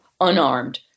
unarmed